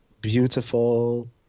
beautiful